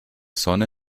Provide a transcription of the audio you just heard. sonne